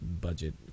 budget